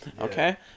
okay